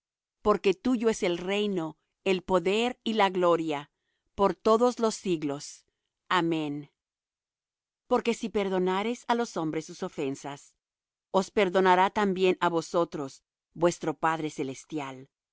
porque tuyo es el reino y el poder y la gloria por todos los siglos amén porque si perdonareis á los hombres sus ofensas os perdonará también á vosotros vuestro padre celestial